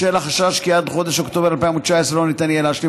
בשל החשש שעד לחודש אוקטובר 2019 לא ניתן יהיה להשלים